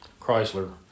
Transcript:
Chrysler